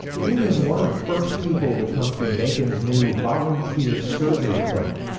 green is one of the first people to come through macon's new volunteer surgery clinic.